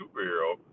superhero